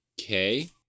Okay